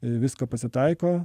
visko pasitaiko